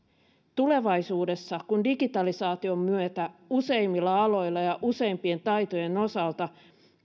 tulevaisuudessa kun digitalisaation myötä useimmilla aloilla ja useimpien taitojen osalta